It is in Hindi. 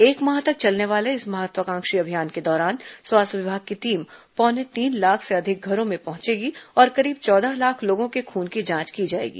एक माह तक चलने वाले इस महत्वाकांक्षी अभियान के दौरान स्वास्थ्य विभाग की टीम पौने तीन लाख से अधिक घरों में पहुंचेगी और करीब चौदह लाख लोगों के खून की जांच की जाएगी